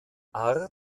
art